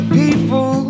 people